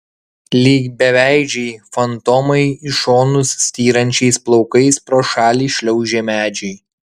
lyg beveidžiai fantomai į šonus styrančiais plaukais pro šalį šliaužė medžiai